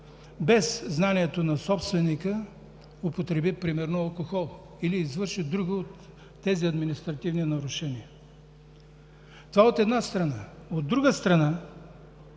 без знанието на собственика употреби примерно алкохол или извърши друго административно нарушение? Това, от една страна. От друга страна,